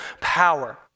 power